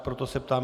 Proto se ptám.